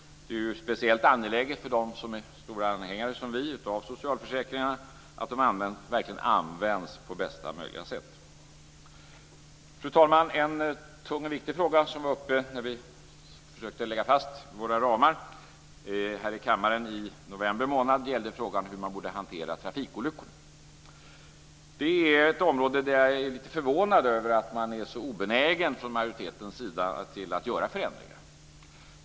Det är ju speciellt angeläget för dem som är stora anhängare, som vi, av socialförsäkringarna att de verkligen används på bästa möjliga sätt. Fru talman! En tung och viktig fråga som togs upp när vi försökte lägga fast våra ramar här i kammaren i november månad gällde frågan om hur man borde hantera trafikolyckor. Det är ett område där jag är lite förvånad över att man är så obenägen från majoritetens sida att göra förändringar.